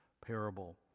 parable